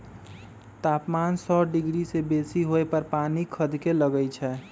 तापमान सौ डिग्री से बेशी होय पर पानी खदके लगइ छै